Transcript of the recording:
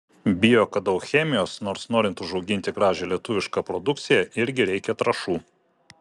bijo kad daug chemijos nors norint užauginti gražią lietuvišką produkciją irgi reikia trąšų